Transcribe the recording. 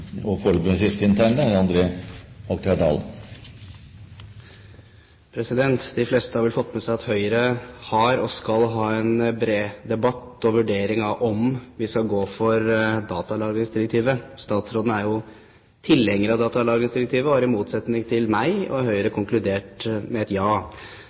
De fleste har vel fått med seg at Høyre har og skal ha en bred debatt og vurdering av om vi skal gå for datalagringsdirektivet. Statsråden er tilhenger av datalagringsdirektivet og har i motsetning til meg og Høyre konkludert med et ja.